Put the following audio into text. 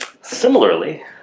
Similarly